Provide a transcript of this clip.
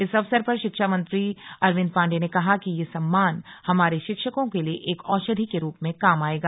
इस अवसर पर शिक्षा मंत्री अरविंद पांडेय ने कहा कि यह सम्मान हमारे शिक्षकों के लिए एक औषधि के रूप में काम आयेगा